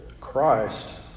Christ